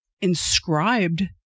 inscribed